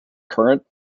current